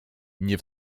nie